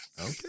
Okay